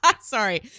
Sorry